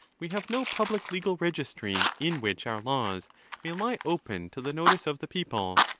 we have no public legal registry, in which our laws may lie open to the notice of the people.